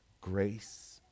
grace